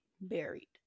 buried